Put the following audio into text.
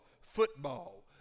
football